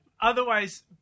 otherwise